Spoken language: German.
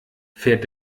fährt